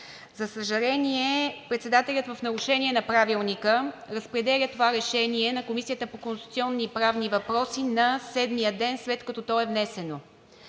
За съжаление, председателят в нарушение на Правилника разпределя това решение на Комисията по конституционни и правни въпроси седмия ден, след като то е внесено.